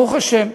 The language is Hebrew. ברוך השם,